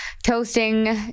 Toasting